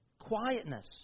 Quietness